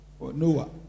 Noah